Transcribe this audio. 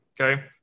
okay